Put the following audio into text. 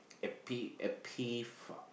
a P a P far